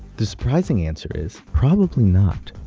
the surprising answer is probably not.